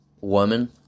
woman